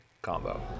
combo